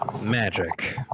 magic